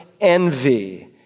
Envy